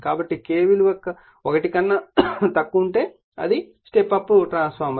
కాబట్టి K విలువ 1 కన్నా తక్కువ ఉంటే అది ఒక స్టెప్ అప్ ట్రాన్స్ఫార్మర్